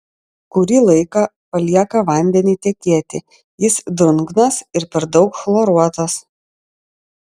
kurį laiką palieka vandenį tekėti jis drungnas ir per daug chloruotas